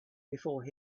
before